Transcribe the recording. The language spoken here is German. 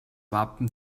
wappen